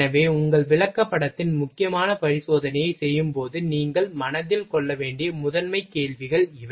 எனவே உங்கள் விளக்கப்படத்தின் முக்கியமான பரிசோதனையைச் செய்யும்போது நீங்கள் மனதில் கொள்ள வேண்டிய முதன்மை கேள்விகள் இவை